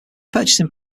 purchasing